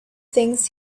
things